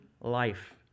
life